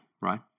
right